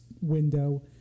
window